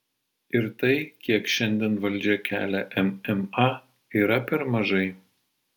ir tai kiek šiandien valdžia kelia mma yra per mažai